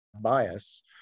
bias